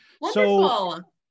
Wonderful